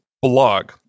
Blog